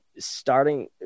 starting